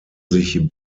sich